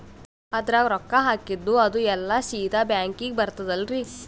ಅದ್ರಗ ರೊಕ್ಕ ಹಾಕಿದ್ದು ಅದು ಎಲ್ಲಾ ಸೀದಾ ಬ್ಯಾಂಕಿಗಿ ಬರ್ತದಲ್ರಿ?